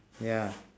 ya